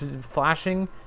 flashing